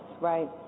right